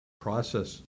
process